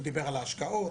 הוא דיבר על השקעות,